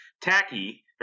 Tacky